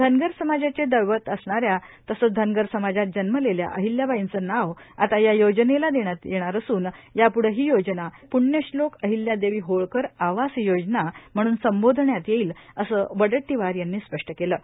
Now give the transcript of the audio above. धनगर समाजाचे दैवत असणाऱ्या तसंच धनगर समाजात जन्मलेल्या अहिल्याबाईंचे नाव आता या योजनेला देण्यात येत असून याप्ढे ही योजना प्ण्यश्लोक अहिल्यादेवी होळकर आवास योजना म्हणून संबोधण्यात येईल असे वडेट्टीवार यांनी स्पष्ट केले आहे